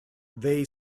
they